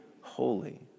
holy